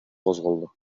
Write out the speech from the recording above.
козголду